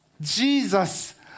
Jesus